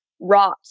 rot